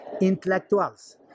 intellectuals